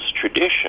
tradition